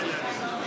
אני מנוע מלהגיב.